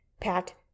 Pat